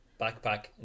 backpack